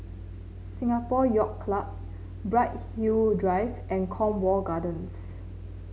Singapore Yacht Club Bright Hill Drive and Cornwall Gardens